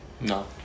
No